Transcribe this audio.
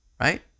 right